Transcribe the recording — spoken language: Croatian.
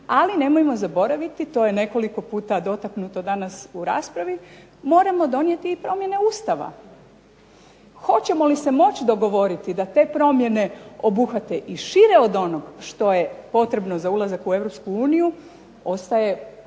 ali nemojmo zaboraviti, to je nekoliko puta istaknuto danas u raspravi moramo donijeti i promjene Ustava. Hoćemo li se moći dogovoriti da te promjene obuhvate i šire od onog što je potrebno za ulazak u Europsku uniju,